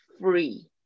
free